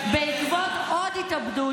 בעקבות עוד התאבדות,